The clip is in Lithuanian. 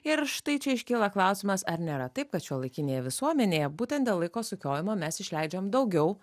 ir štai čia iškyla klausimas ar nėra taip kad šiuolaikinėje visuomenėje būtent dėl laiko sukiojimo mes išleidžiam daugiau